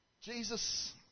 Jesus